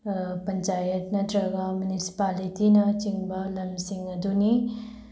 ꯄꯟꯆꯥꯌꯠ ꯅꯠꯇ꯭ꯔꯒ ꯃꯤꯅꯤꯁꯤꯄꯥꯂꯤꯇꯤꯅ ꯆꯤꯡꯕ ꯂꯝꯁꯤꯡ ꯑꯗꯨꯅꯤ